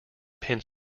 pin